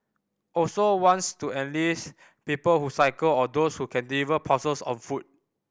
also wants to enlist people who cycle or those who can deliver parcels on foot